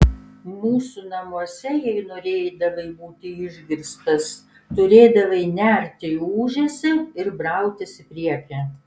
mūsų namuose jei norėdavai būti išgirstas turėdavai nerti į ūžesį ir brautis į priekį